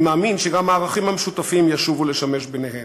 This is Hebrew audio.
אני מאמין שגם הערכים המשותפים ישובו לשמש ביניהן.